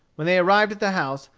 when they arrived at the house,